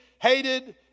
hated